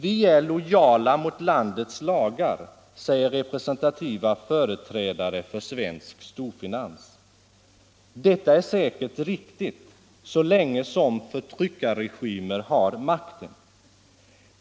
Vi är lojala mot landets lagar, säger representativa företrädare för svensk storfinans. Detta är säkert riktigt så länge som förtryckarregimer har makten.